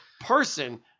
person